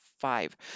five